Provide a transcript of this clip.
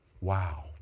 Wow